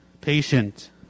patient